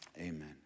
Amen